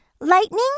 lightning